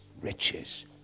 riches